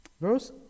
verse